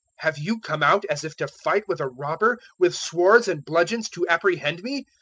have you come out as if to fight with a robber, with swords and bludgeons to apprehend me?